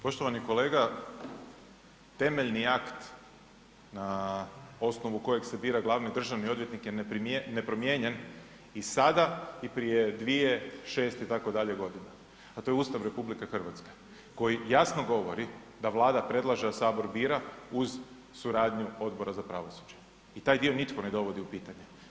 Poštovani kolega, temeljni akt na osnovu kojeg se bira glavni državni odvjetnik je nepromijenjen i sada i prije 2, 6, itd. godina, a to je Ustav RH, koji jasno govori da Vlada predlaže, a Sabor bira uz suradnju Odbora za pravosuđe i taj dio nitko ne dovodi u pitanje.